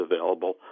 available